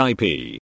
IP